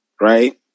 right